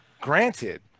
Granted